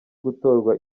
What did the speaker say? gutorwa